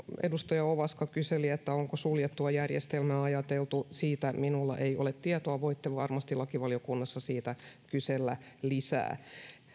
edustaja ovaska kyseli onko suljettua järjestelmää ajateltu siitä minulla ei ole tietoa voitte varmasti lakivaliokunnassa siitä kysellä lisää